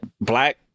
black